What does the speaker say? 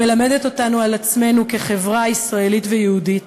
היא מלמדת אותנו על עצמנו כחברה ישראלית ויהודית,